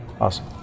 awesome